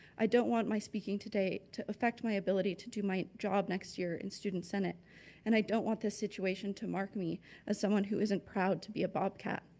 i don't want my speaking today to affect my ability to do my job next year in student senate and i don't want this situation to mark me as someone who isn't proud to be a bobcat.